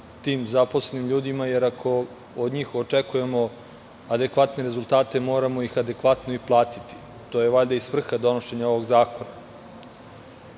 tim zaposlenim ljudima, jer ako od njih očekujemo adekvatne rezultate, moramo ih adekvatno i platiti. To je valjda i svrha donošenja ovog zakona. Ono